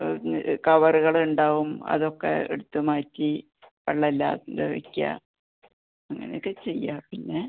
പിന്നെ കവറുകളുണ്ടാവും അതൊക്കെ എടുത്ത് മാറ്റി വെള്ളം ഇല്ലാണ്ട് വെക്കുക അങ്ങനെയൊക്കെ ചെയ്യുക പിന്നെ